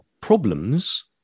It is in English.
problems